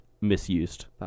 misused